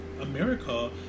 America